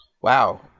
Wow